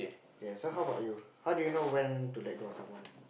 ya so how bout you how do you know when to let go of someone